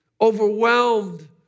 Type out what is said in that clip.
overwhelmed